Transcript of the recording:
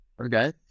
okay